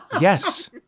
Yes